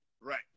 right